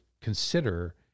consider